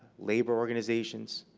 labor organizations,